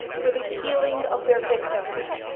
for the healing of their victims.